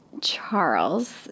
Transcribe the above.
Charles